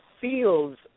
feels